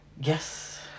Yes